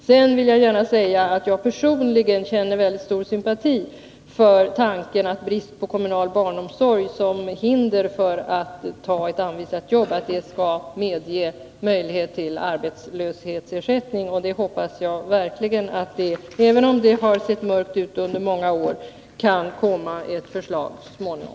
Jag vill gärna säga att jag personligen känner stor sympati för tanken att brist på kommunal barnomsorg som hinder för att ta ett anvisat jobb skall medege rätt till arbetslöshetsersättning. Jag hoppas verkligen att det — även om det har sett mörkt ut under många år — kan komma ett förslag så småningom.